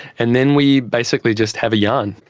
and then we basically just have a yarn.